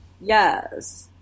Yes